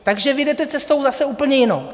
Takže vy jdete cestou zase úplně jinou.